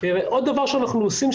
עוד דבר שאנחנו עושים,